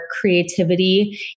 creativity